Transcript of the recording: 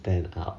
then uh